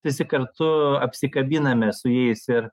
visi kartu apsikabiname su jais ir